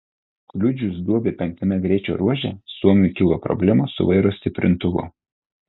kliudžius duobę penktame greičio ruože suomiui kilo problemų su vairo stiprintuvu